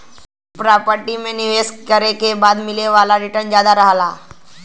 property में निवेश करे के बाद मिले वाला रीटर्न जादा रहला